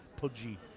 pudgy